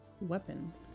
weapons